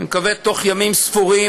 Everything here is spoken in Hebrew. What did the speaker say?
אני מקווה בתוך ימים ספורים,